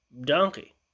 donkey